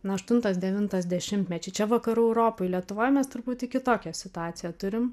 na aštuntas devintas dešimtmečiai čia vakarų europoj lietuvoj mes truputį kitokią situaciją turim